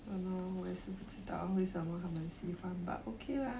!hannor! 我也是不知道为什么他们喜欢 but okay lah